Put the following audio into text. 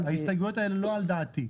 ההסתייגויות האלה הן לא על דעתי.